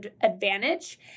advantage